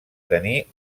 tenir